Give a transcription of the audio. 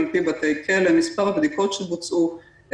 מספר הבדיקות שבוצעו,